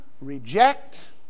reject